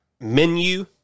menu